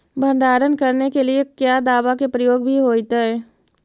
भंडारन करने के लिय क्या दाबा के प्रयोग भी होयतय?